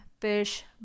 fish